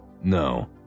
No